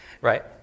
Right